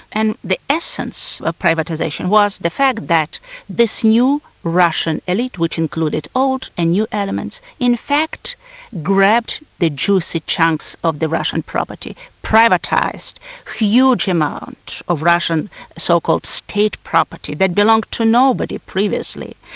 and the essence of privatisation was the fact that this new russian elite, which included old and new elements, in fact grabbed the juicy chunks of the russian property, privatised a huge amount of russian so-called state property, that belonged to nobody previously,